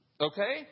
Okay